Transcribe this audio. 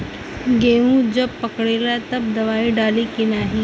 गेहूँ जब पकेला तब दवाई डाली की नाही?